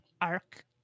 arc